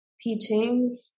teachings